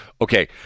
Okay